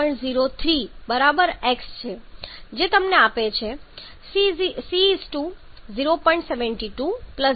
03 બરાબર x છે જે આપે છે C 0